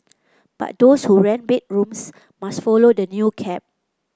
but those who rent bedrooms must follow the new cap